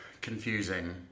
confusing